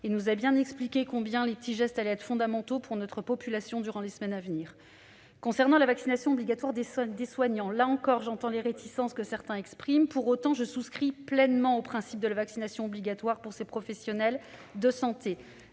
Il nous a expliqué combien les petits gestes allaient être fondamentaux pour notre population durant les semaines à venir. Concernant la vaccination obligatoire des soignants, là encore, j'entends bien les réticences que certains expriment. Pour autant, je souscris pleinement au principe de la vaccination obligatoire pour ces professionnels de santé.